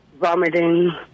vomiting